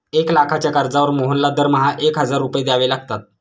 एक लाखाच्या कर्जावर मोहनला दरमहा एक हजार रुपये द्यावे लागतात